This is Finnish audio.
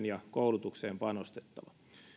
ja koulutukseen panostettava